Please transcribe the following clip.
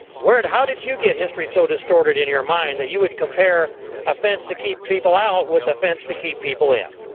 how did you get history so distorted in your mind that you would compare a fence to keep people out with a fence to keep people in?